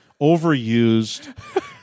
overused